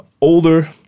older